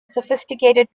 sophisticated